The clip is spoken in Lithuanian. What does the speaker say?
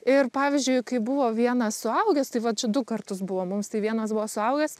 ir pavyzdžiui kai buvo vienas suaugęs tai vat čia du kartus buvo mums tai vienas buvo suaugęs